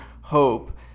hope